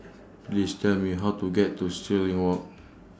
Please Tell Me How to get to Stirling Walk